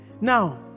now